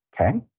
Okay